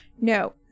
No